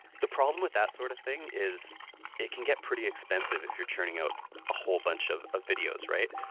the problem with that sort of thing is it can get pretty expensive if you're churning out a whole bunch of ah videos, right? yeah